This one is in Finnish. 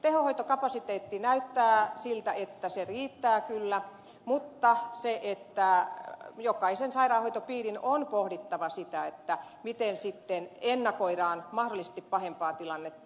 tehohoitokapasiteetti näyttää siltä että se riittää kyllä mutta jokaisen sairaanhoitopiirin on pohdittava sitä miten sitten ennakoidaan mahdollisesti pahempaa tilannetta